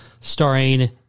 starring